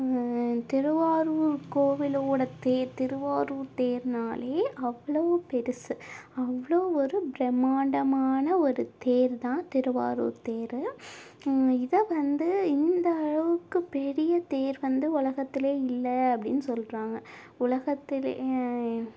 திருவாரூர் கோவிலோட தேர் திருவாரூர் தேர்னாலே அவ்ளோவு பெருசு அவ்வளோ ஒரு பிரம்மாண்டமான ஒரு தேர் தான் திருவாரூர் தெரு இதை வந்து இந்த அளவுக்கு பெரிய தேர் வந்து உலகத்துலேயே இல்லை அப்படின்னு சொல்லுறாங்க உலகத்துல